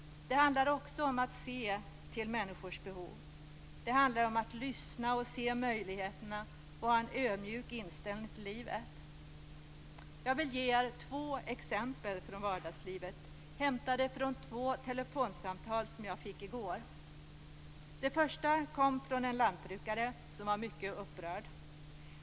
Det handlar också om att se till människors behov. Det handlar om att lyssna och se möjligheterna och att ha en ödmjuk inställning till livet. Jag vill ge er två exempel från vardagslivet hämtade från två telefonsamtal som jag fick i går. Det första kom från en lantbrukare som var mycket upprörd.